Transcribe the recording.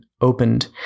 opened